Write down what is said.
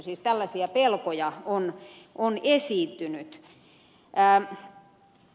siis tällaisia pelkoja on esiintynyt